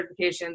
certifications